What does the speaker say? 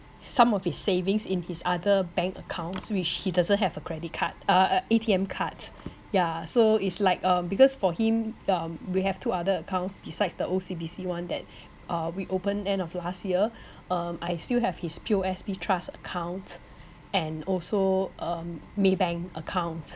some of his savings in his other bank accounts which he doesn't have a credit card uh uh A_T_M cards ya so it's like um because for him um we have two other accounts besides the O_C_B_C one that uh we open end of last year um I still have his P_O_S_B trust account and also um maybank account